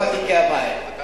בשביל זה אמרתי: כמה.